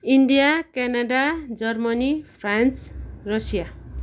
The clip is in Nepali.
India Canada Germany France Russia